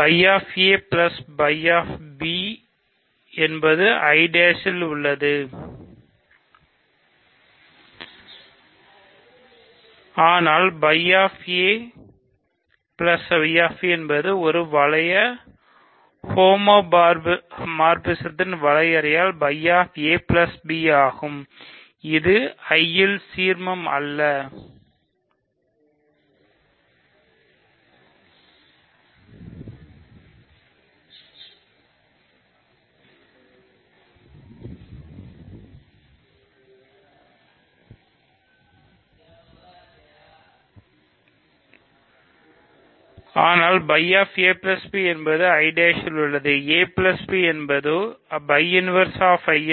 ஆனால் φ என்பது I ல் உள்ளது a b